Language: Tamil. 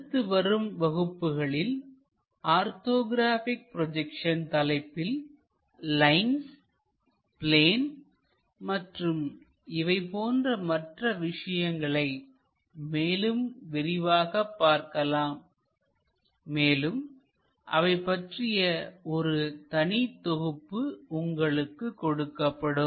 அடுத்து வரும் வகுப்புகளில் ஆர்த்தோகிராபிக் ப்ரோஜெக்சன் தலைப்பில் லைன்ஸ்பிளேன் மற்றும் இவை போன்ற மற்ற விஷயங்களை மேலும் விரிவாக பார்க்கலாம் மேலும் அவை பற்றிய ஒரு தனி தொகுப்பு உங்களுக்கு கொடுக்கப்படும்